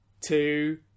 two